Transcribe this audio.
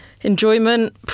enjoyment